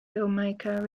filmmaker